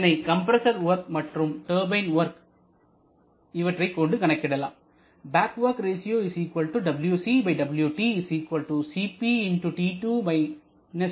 இதனை compressor work மற்றும் turbine work இவற்றைக்கொண்டு கணக்கிடலாம்